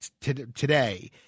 today